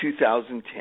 2010